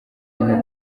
nko